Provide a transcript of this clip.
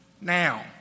now